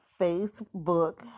Facebook